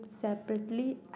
separately